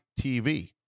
TV